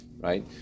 right